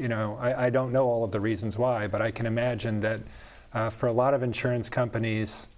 you know i don't know all of the reasons why but i can imagine that for a lot of insurance companies